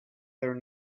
there